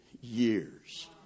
years